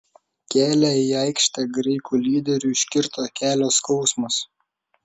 kelią į aikštę graikų lyderiui užkirto kelio skausmas